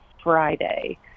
Friday